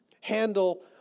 handle